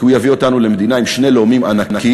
כי הוא יביא אותנו למדינה עם שני לאומים ענקיים,